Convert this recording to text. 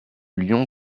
lion